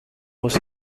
was